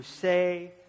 say